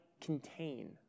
contain